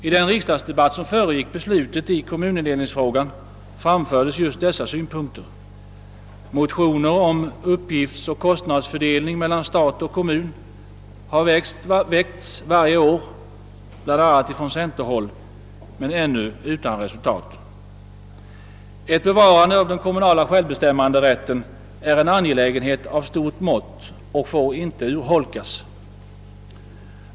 I den riksdagsdebatt som föregick beslutet i kommunindelningsfrågan framfördes just dessa synpunkter. Motioner om uppgiftsoch kostnadsfördelningen mellan stat och kommun har väckts varje år, bl.a. från centerhåll, men ännu utan resultat. Ett bevarande av den kommunala självbestämmanderätten är en angelägenhet av stort mått, och denna rätt får inte urholkas.